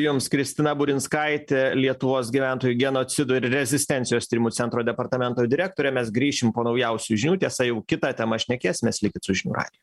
jums kristina burinskaitė lietuvos gyventojų genocido ir rezistencijos tyrimų centro departamento direktorė mes grįšim po naujausių žinių tiesa jau kita tema šnekėsimės likit su žinių radiju